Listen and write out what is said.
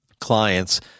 clients